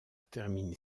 termine